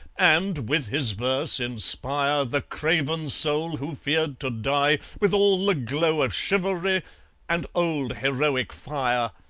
and, with his verse, inspire the craven soul who feared to die with all the glow of chivalry and old heroic fire